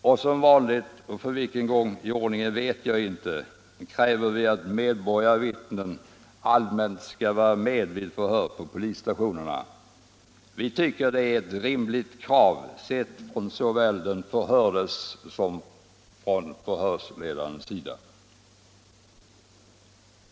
Och som vanligt kräver vi — för vilken gång i ordningen vet jag inte — att medborgarvittnen allmänt skall vara med vid förhör på polisstationerna. Vi tycker att det är ett rimligt krav sett från såväl den förhördes som sendet sendet från förhörsledarens sida.